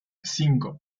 cinco